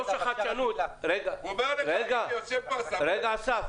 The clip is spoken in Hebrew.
יושב פה אסף, הוא אומר לך --- רגע, אסף.